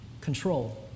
Control